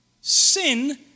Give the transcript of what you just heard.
Sin